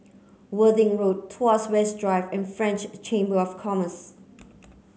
Worthing Road Tuas West Drive and French Chamber of Commerce